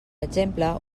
exemple